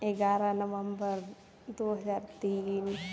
एगारह नवम्बर दू हजार तीन